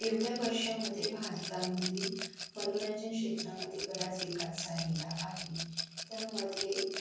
एवढ्या वर्षामधे भारतामधील मनोरंजन क्षेत्रामध्ये बराच विकास झालेला आहे त्यामध्ये